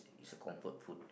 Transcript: is a comfort food